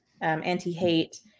anti-hate